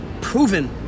proven